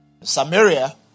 Samaria